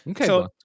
Okay